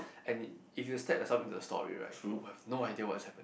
and if you step yourself into the story right you will no idea what is happening